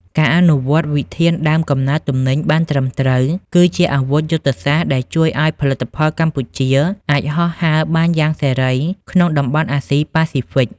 ការអនុវត្តវិធានដើមកំណើតទំនិញបានត្រឹមត្រូវ គឺជាអាវុធយុទ្ធសាស្ត្រដែលជួយឱ្យផលិតផលកម្ពុជាអាចហោះហើរបានយ៉ាងសេរីក្នុងតំបន់អាស៊ីប៉ាស៊ីហ្វិក។